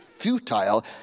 futile